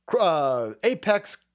apex